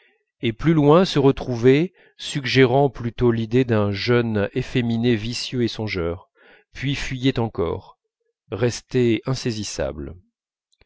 et plus loin se retrouvait suggérant plutôt l'idée d'un jeune efféminé vicieux et songeur puis fuyait encore restait insaisissable